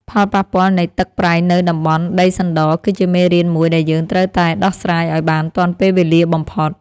ផលប៉ះពាល់នៃទឹកប្រៃនៅតំបន់ដីសណ្តគឺជាមេរៀនមួយដែលយើងត្រូវតែដោះស្រាយឱ្យបានទាន់ពេលវេលាបំផុត។